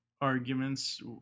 arguments